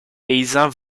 paysans